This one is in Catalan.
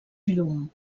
llum